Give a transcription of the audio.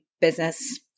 business